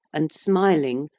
and smiling,